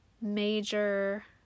major